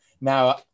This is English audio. Now